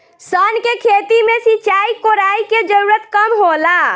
सन के खेती में सिंचाई, कोड़ाई के जरूरत कम होला